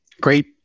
great